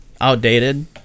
outdated